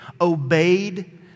obeyed